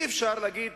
אי-אפשר להגיד: